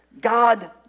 God